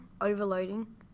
overloading